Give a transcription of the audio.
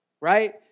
right